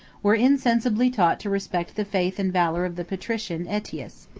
were insensibly taught to respect the faith and valor of the patrician aetius.